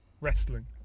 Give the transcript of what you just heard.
Wrestling